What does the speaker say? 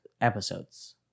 episodes